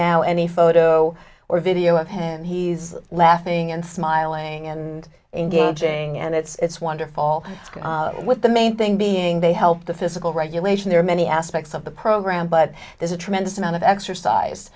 now any photo or video of him he's laughing and smiling and engaging and it's wonderful with the main thing being they help the physical regulation there are many aspects of the program but there's a tremendous amount of exercise